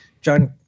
John